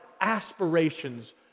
aspirations